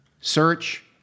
search